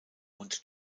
und